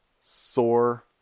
sore